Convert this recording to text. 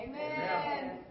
Amen